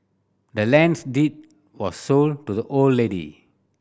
the land's deed was sold to the old lady